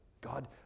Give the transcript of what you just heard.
God